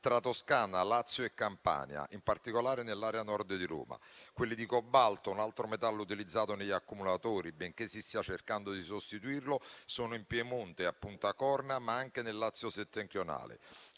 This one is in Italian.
tra Toscana, Lazio e Campania, in particolare nell'area a Nord di Roma. Quelli di cobalto, un altro metallo utilizzato negli accumulatori, benché si stia cercando di sostituirlo, sono in Piemonte, a Punta Corna, ma anche nel Lazio settentrionale.